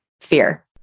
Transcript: fear